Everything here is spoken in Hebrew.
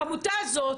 העמותה הזאת